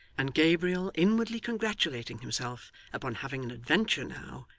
and gabriel inwardly congratulating himself upon having an adventure now,